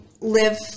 live